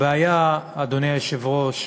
הבעיה, אדוני היושב-ראש,